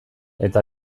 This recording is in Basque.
eta